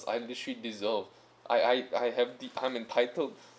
I literally deserve I I have the I am entitled